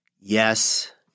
yes